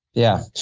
yeah.